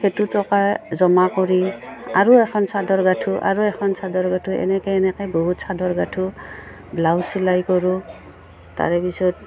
সেইটো টকা জমা কৰি আৰু এখন চাদৰ গাঁঠো আৰু এখন চাদৰ গাঁঠো এনেকে এনেকে বহুত চাদৰ গাঁঠো ব্লাউজ চিলাই কৰোঁ তাৰেপিছত